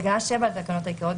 בתקנה 7 לתקנות העיקריות,